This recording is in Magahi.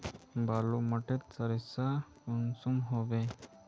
बालू माटित सारीसा कुंसम होबे?